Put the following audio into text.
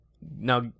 now